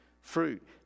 fruit